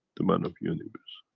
the man of universe.